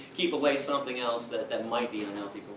keep away something else that that might be and unhealthy